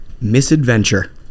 misadventure